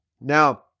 Now